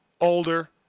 older